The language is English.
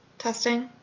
testing.